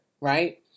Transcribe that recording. Right